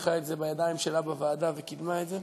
לקחה את זה לידיים שלה בוועדה וקידמה את זה,